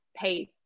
pay